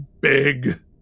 big